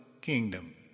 kingdom